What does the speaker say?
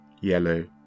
yellow